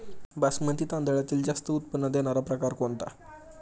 बासमती तांदळातील जास्त उत्पन्न देणारा प्रकार कोणता?